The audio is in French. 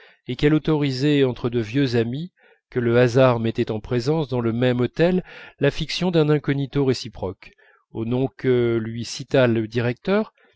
et qu'elle autorisait entre de vieux amis que le hasard mettait en présence dans le même hôtel la fiction d'un incognito réciproque au nom que lui cita le directeur